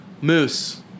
Moose